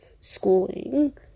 schooling